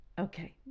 Okay